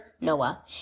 Noah